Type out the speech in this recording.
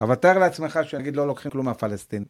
אבל תאר לעצמך שנגיד לא לוקחים כלום מהפלסטינים.